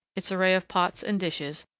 its array of pots and dishes,